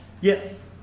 yes